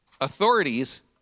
authorities